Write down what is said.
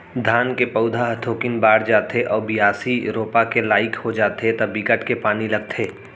धान के पउधा ह थोकिन बाड़ जाथे अउ बियासी, रोपा के लाइक हो जाथे त बिकट के पानी लगथे